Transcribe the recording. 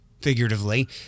Figuratively